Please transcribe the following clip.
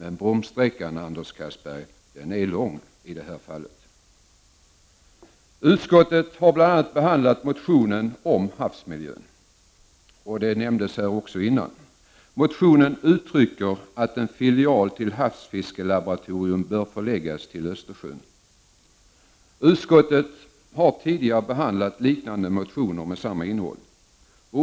Men bromssträckan, Anders Castberger, är lång i detta fall. Utskottet har bl.a. behandlat motionen om havsmiljön, som också nämndes tidigare. I motionen uttrycks att en filial till havsfiskelaboratorium bör förläggas till Östersjön. Utskottet har tidigare behandlat liknande motioner med samma innehåll.